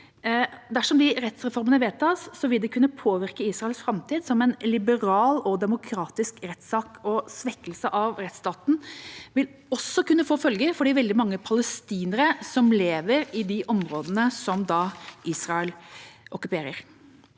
Dersom de rettsreformene vedtas, vil det kunne påvirke Israels framtid som en liberal og demokratisk rettsstat, og en svekkelse av rettsstaten vil også kunne få følger for de veldig mange palestinere som lever i de områdene som Israel okkuperer.